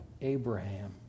Abraham